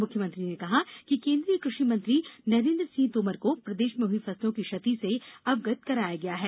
मुख्यमंत्री ने कहा कि केन्द्रीय कृषि मंत्री नरेन्द्र सिंह तोमर को प्रदेश में हुई फसलों की क्षति से अवगत कराया गया है